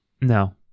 No